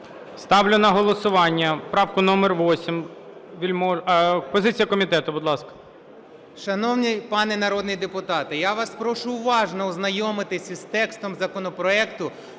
Ставлю на голосування правку номер 8. Позиція комітету, будь ласка. 11:13:28 БАКУМОВ О.С. Шановний пане народний депутат, я вас прошу уважно ознайомитись із текстом законопроекту